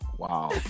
Wow